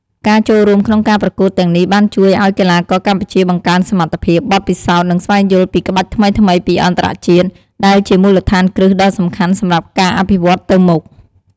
ការចូលរួមក្នុងការប្រកួតទាំងនេះបានជួយឲ្យកីឡាករកម្ពុជាបង្កើនសមត្ថភាព បទពិសោធន៍ និងស្វែងយល់ពីក្បាច់ថ្មីៗពីអន្តរជាតិ ដែលជាមូលដ្ឋានគ្រឹះដ៏សំខាន់សម្រាប់ការអភិវឌ្ឍទៅមុខ។